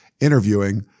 interviewing